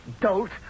Dolt